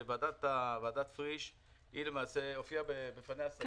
שוועדת פריש - שגית הופיעה בפניה,